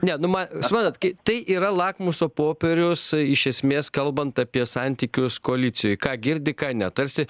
ne nu ma suprantat kai tai yra lakmuso popierius iš esmės kalbant apie santykius koalicijoj ką girdi ką ne tarsi